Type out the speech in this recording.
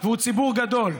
והוא ציבור גדול,